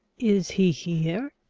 is he here?